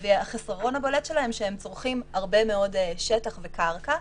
החיסרון הבולט שלהם זה שהם צורכים הרבה מאוד שטח וקרקע.